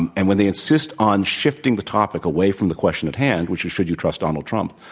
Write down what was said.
and and when they insist on shifting the topic away from the question at hand, which is, should you trust donald trump,